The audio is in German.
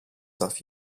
darf